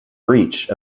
breach